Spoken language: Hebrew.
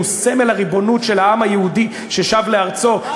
הוא סמל הריבונות של העם היהודי ששב לארצו,